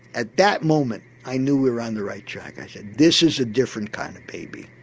at that moment i knew we were on the right track, i said this is a different kind of baby.